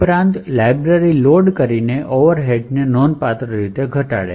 આમ library load કરીને overheads નોંધપાત્ર રીતે ઘટાડવામાં આવે છે